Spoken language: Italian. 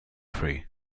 free